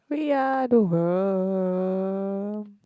we are the world